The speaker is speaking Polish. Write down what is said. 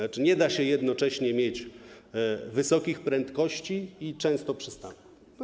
Nie da się jednocześnie mieć wysokich prędkości i częstych przystanków.